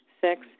Six